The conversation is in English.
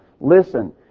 listen